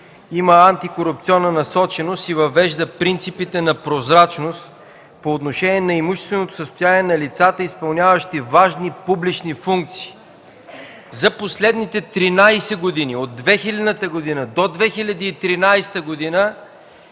има антикорупционна насоченост и въвежда принципите на прозрачност по отношение на имущественото състояние на лицата, изпълняващи важни публични функции. За последните 13 години – от 2000 г. до 2013 г.,